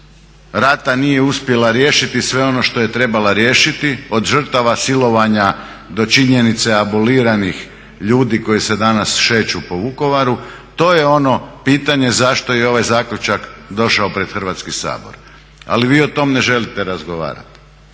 rata nije uspjela riješiti sve ono što je trebala riješiti od žrtava, silovanja do činjenice aboliranih ljudi koji se danas šeću po Vukovaru. To je ono pitanje zašto je i ovaj zaključak došao pred Hrvatski sabor. Ali vi o tom ne želite razgovarati,